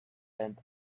and